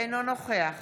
אינו נוכח